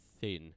thin